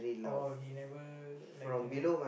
oh he never like you know